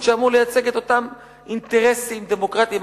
שאמור לייצג את אותם אינטרסים דמוקרטיים,